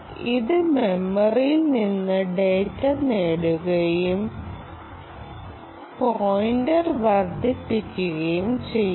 ഇത് മെമ്മറിയിൽ നിന്ന് ഡാറ്റ നേടുകയും പോയിന്റർ വർദ്ധിപ്പിക്കുകയും ചെയ്യുന്നു